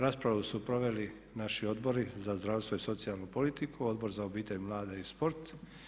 Raspravu su proveli naši odbori za zdravstvo i socijalnu politiku, Odbor za obitelj, mlade i sport.